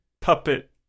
puppet